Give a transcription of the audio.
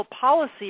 policy